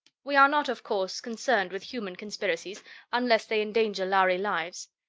we are not, of course, concerned with human conspiracies unless they endanger lhari lives.